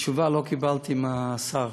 תשובה לא קיבלתי מהשר,